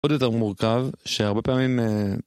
עוד יותר מורכב שהרבה פעמים